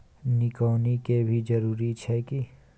निकौनी के भी जरूरी छै की?